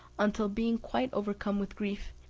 until being quite overcome with grief,